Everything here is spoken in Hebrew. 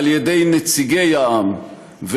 על-ידי נציגי העם,